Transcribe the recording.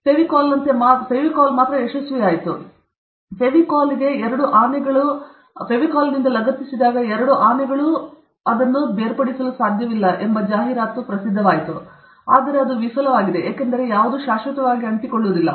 ಫೆವಿಕಾಲ್ನಂತೆ ಮಾತ್ರ ಯಶಸ್ವಿಯಾಯಿತು ಅವರು ಎರಡು ಆನೆಗಳು ಲಗತ್ತಿಸಲ್ಪಡುತ್ತವೆ ಮತ್ತು ಅದು ಜಾಹೀರಾತು ಆದರೆ ಅದು ವಿಫಲವಾಗಿದೆ ಏಕೆಂದರೆ ಅದು ಶಾಶ್ವತವಾಗಿ ಅಂಟಿಕೊಳ್ಳುವುದಿಲ್ಲ